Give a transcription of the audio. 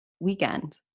weekend